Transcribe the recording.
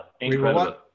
Incredible